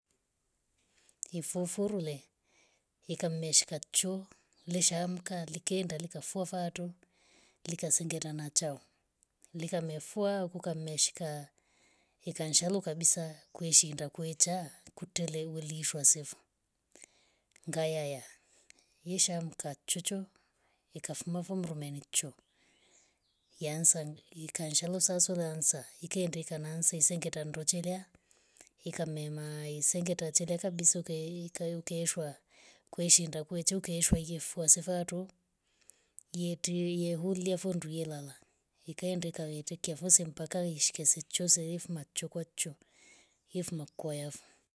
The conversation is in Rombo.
Ifufuru lee ikameshika chu lee shaamka likeenda likafua faato lika seneta chao lika mefua ukameshika ikanshalo kabisa kweshinda kwetcha kutelewe lishwa sefu. ngayaya ishamka chocho ikafumba fumbrumenk choo. yaanza ikanshalo saswe na ansa. ikaenda ikanansa isingo tandu chelea ikamema isinge hata chelewa kabisa ukaii. kaikykweshwa kweshinda kwechuki kwesha yeifwa safwa to ye- yechulia fo ndu yelala ikaenda ikayetika fosi mpaka ishike se chose ye fa machokwa cho ifwa makwai.